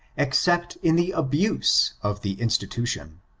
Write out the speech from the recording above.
except in the abuse of the institution.